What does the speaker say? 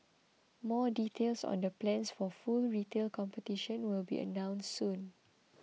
more details on the plans for full retail competition will be announced soon